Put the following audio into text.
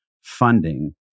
funding